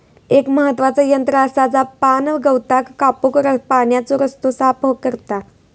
एक महत्त्वाचा यंत्र आसा जा पाणगवताक कापून पाण्याचो रस्तो साफ करता